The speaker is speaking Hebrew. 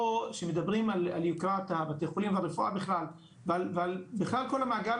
פה כשמדברים על --- בתי חולים אבל בפועל בכלל ועל בכלל כל המעגל